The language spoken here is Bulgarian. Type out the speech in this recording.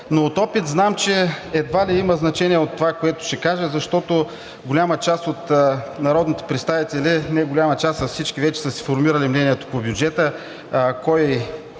но от опит знам, че едва ли има значение от това, което ще кажа, защото голяма част от народните представители, не голяма част, а всички вече са си формирали мнението по бюджета –от